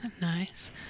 nice